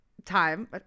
Time